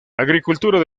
agricultura